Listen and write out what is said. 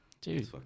Dude